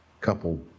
couple